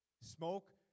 Smoke